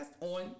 on